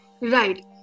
Right